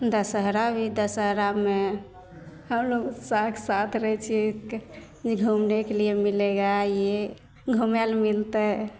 दशहरा भी दशहरामे हमलोक उत्साहके साथ रहै छिए किछु घुमनेके लिए मिलेगा यऽ घुमैले मिलतै